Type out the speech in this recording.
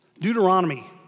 Deuteronomy